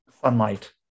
Sunlight